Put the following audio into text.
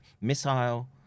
missile